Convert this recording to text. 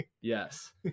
Yes